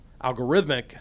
Algorithmic